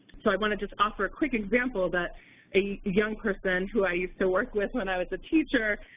so i want to just offer a quick example about a young person who i used to work with when i was a teacher,